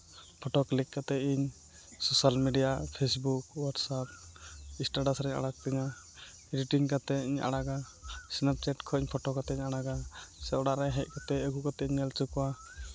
photo click ᱠᱟᱛᱮᱫ ᱤᱧ social media Facebook WhatsApp status ᱨᱤᱧ ᱟᱲᱟᱜᱽ ᱛᱤᱧᱟᱹ ᱤᱰᱤᱴᱤᱝ ᱠᱟᱛᱮᱫ ᱤᱧ ᱟᱲᱟᱜᱟ ᱥᱮᱱᱯᱪᱮᱴ ᱠᱷᱚᱱ ᱯᱷᱚᱴᱳ ᱠᱟᱛᱮᱫ ᱤᱧ ᱟᱲᱟᱜᱟ ᱥᱮ ᱚᱲᱟᱜ ᱨᱮ ᱦᱮᱡ ᱠᱟᱛᱮᱫ ᱟᱹᱜᱩ ᱠᱟᱛᱮᱫ ᱤᱧ ᱧᱮᱞ ᱦᱚᱪᱚ ᱠᱚᱣᱟ